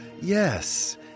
Yes